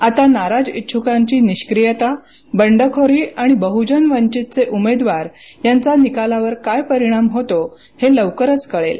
आता नाराज इच्छकांची निष्क्रियता बंडखोरी आणि बहजन वंचितचे उमेदवार यांचा निकालावर काय परिणाम होतो हे लवकरच कळेल